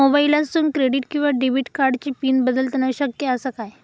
मोबाईलातसून क्रेडिट किवा डेबिट कार्डची पिन बदलना शक्य आसा काय?